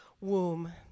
womb